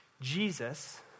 Jesus